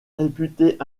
réputé